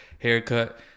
haircut